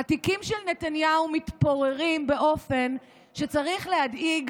התיקים של נתניהו מתפוררים באופן שצריך להדאיג